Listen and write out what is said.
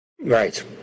Right